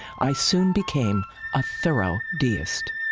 i soon became a thorough deist.